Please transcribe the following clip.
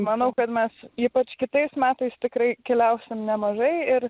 manau kad mes ypač kitais metais tikrai keliausim nemažai ir